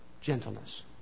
gentleness